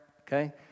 okay